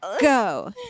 go